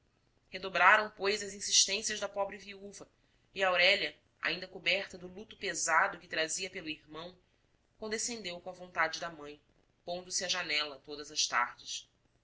pois as insistências da pobre viúva e aurélia ainda coberta do luto pesado que trazia pelo irmão condescendeu com a vontade da mãe pondo-se à janela todas as tardes